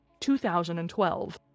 2012